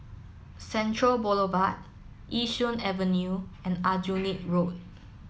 Central Boulevard Yishun Avenue and Aljunied Road